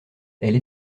elle